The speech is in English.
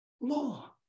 Law